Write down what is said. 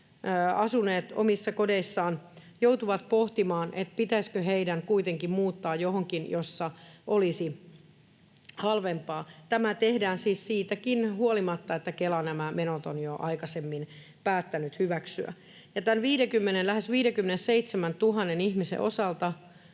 asuneet omissa kodeissaan, joutuvat pohtimaan, pitäisikö heidän kuitenkin muuttaa johonkin, missä olisi halvempaa. Tämä tehdään siis siitäkin huolimatta, että Kela nämä menot on jo aikaisemmin päättänyt hyväksyä, ja näiden lähes 57 000 ihmisen osalta